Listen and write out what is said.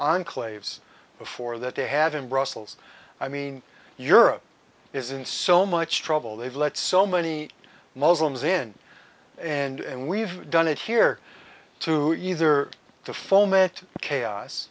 enclave's before that they had in brussels i mean europe isn't so much trouble they've let so many muslims in and we've done it here to either to foment chaos